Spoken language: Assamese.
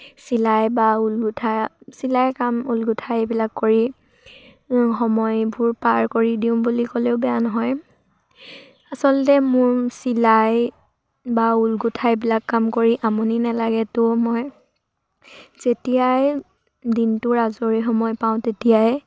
চিলাই বা ঊল গোঁঠা চিলাই কাম ঊল গোঁঠা এইবিলাক কৰি সময়বোৰ পাৰ কৰি দিওঁ বুলি ক'লেও বেয়া নহয় আচলতে মোৰ চিলাই বা ঊল গোঁঠা এইবিলাক কাম কৰি আমনি নালাগে তো মই যেতিয়াই দিনটোৰ আজৰি সময় পাওঁ তেতিয়াই